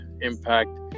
impact